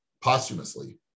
Posthumously